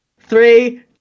Three